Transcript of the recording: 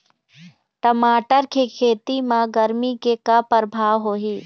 टमाटर के खेती म गरमी के का परभाव होही?